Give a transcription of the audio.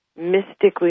mystically